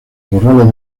corrales